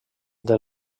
del